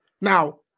Now